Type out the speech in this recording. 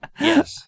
Yes